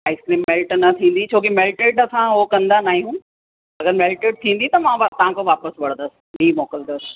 ice cream melt न थींदी छो कि मेल्टेड असां उहो कंदा नाहियूं अगरि मेल्टेड थींदी त मां तव्हां खां वापसि वठंदसि ॿीं मोकिलींदसि